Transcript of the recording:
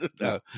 No